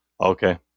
Okay